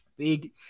big